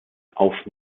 auf